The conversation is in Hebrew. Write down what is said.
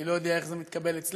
אני לא יודע איך זה מתקבל אצלם,